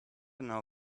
know